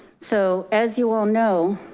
so as you all know,